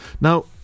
Now